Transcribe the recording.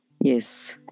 Yes